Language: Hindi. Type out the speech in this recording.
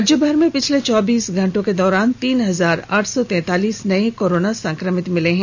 राज्य भर में पिछले चौबीस घंटे के दौरान तीन हजार आठ सौ तैतालीस नए कोरोना संक्रमित मिले हैं